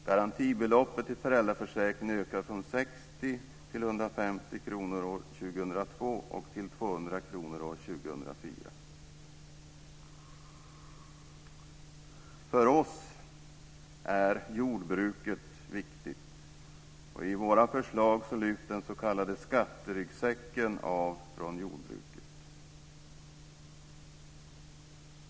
Garantibeloppet i föräldraförsäkringen ökar från 60 till 150 kr år För oss är jordbruket viktigt, och i våra förslag lyfts den s.k. skatteryggsäcken av från jordbruket.